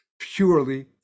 purely